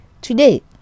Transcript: today